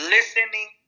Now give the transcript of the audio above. Listening